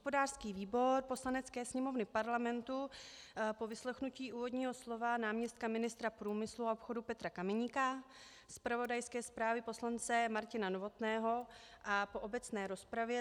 Hospodářský výbor Poslanecké sněmovny Parlamentu po vyslechnutí úvodního slova náměstka ministra průmyslu a obchodu Petra Kameníka, zpravodajské zprávě poslance Martina Novotného a po obecné rozpravě